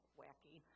wacky